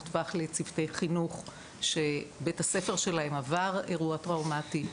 טווח לצוותי חינוך שבית הספר שלהם עבר אירוע טראומטי.